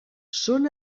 són